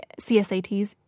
CSATs